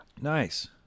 Nice